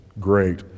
great